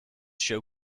show